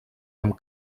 amb